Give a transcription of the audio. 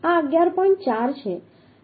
4 છે